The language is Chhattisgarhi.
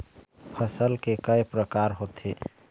फसल के कय प्रकार होथे?